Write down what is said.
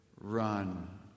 run